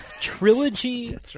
Trilogy